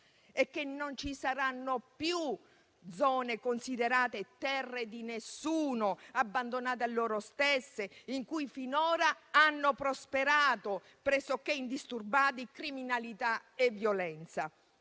e che non ci saranno più zone considerate terre di nessuno, abbandonate a loro stesse, in cui finora hanno prosperato, pressoché indisturbate, criminalità e violenza.